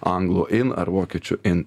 anglų in ar vokiečių in